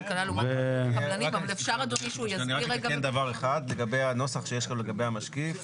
אני רק אתקן דבר אחד לגבי הנוסח שיש לגבי המשקיף.